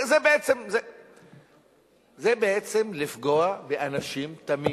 זה בעצם לפגוע באנשים תמים.